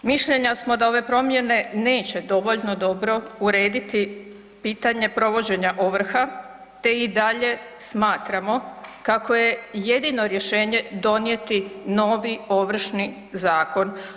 Mišljenja smo da ove promjene neće dovoljno dobro urediti pitanje provođenja ovrha, te i dalje smatramo kako je jedino rješenje donijeti novi Ovršni zakon.